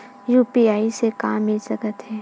UPI से का मिल सकत हे?